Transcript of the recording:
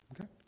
Okay